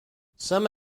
some